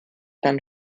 dann